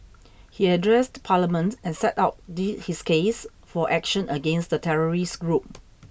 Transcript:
he addressed Parliament and set out the his case for action against the terrorist group